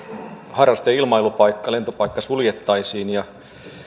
harrasteilmailupaikka lentopaikka suljettaisiin